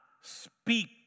speak